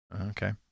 Okay